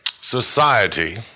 society